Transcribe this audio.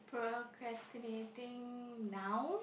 procrastinating now